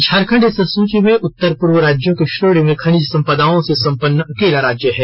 झारखंड इस सूची में उत्तर पूर्व राज्यों की श्रेणी में खनिज संपदाओं से संपन्न अकेला राज्य है